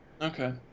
Okay